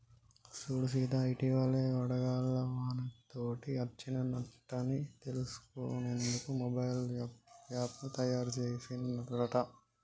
సూడు సీత ఇటివలే వడగళ్ల వానతోటి అచ్చిన నట్టన్ని తెలుసుకునేందుకు మొబైల్ యాప్ను తాయారు సెసిన్ రట